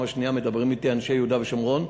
השנייה מדברים אתי אנשי יהודה ושומרון,